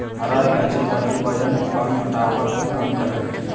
हरा इलायची बढ़ल वजन आर मोटापा के कम करई हई